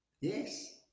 Yes